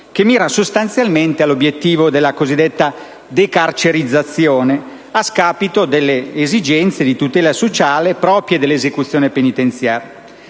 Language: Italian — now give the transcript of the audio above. detentiva, sostanzialmente all'obiettivo della cosiddetta decarcerizzazione, a scapito delle esigenze di tutela sociale proprie dell'esecuzione penitenziaria.